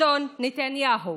אדון נתניהו.